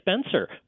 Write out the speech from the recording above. Spencer